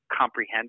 comprehend